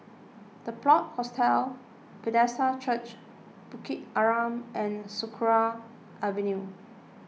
the Plot Hostels Bethesda Church Bukit Arang and Sakra Avenue